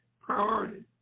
priority